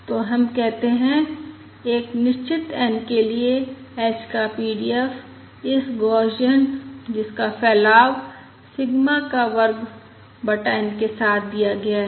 तो हम कहते हैं एक निश्चित n के लिए h का PDF इस गौसियन जिसका फैलाव सिग्मा का वर्ग बटा N के साथ दिया गया है